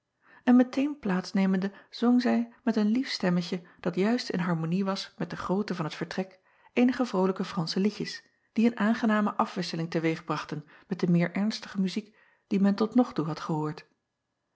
en meteen plaats nemende zong zij met een lief stemmetje dat juist in harmonie was met de grootte van het vertrek eenige vrolijke ransche liedjes die een aangename afwisseling te weeg brachten met de meer ernstige muziek die men tot nog toe had gehoord